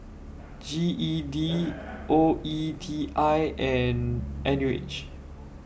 G E D O E T I and N U H